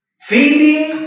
feeding